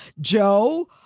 Joe